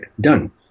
done